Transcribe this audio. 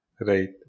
Right